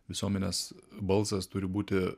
visuomenės balsas turi būti